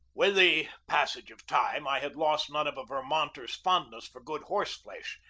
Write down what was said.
with the passage of time i had lost none of a vermonter's fondness for good horse-flesh,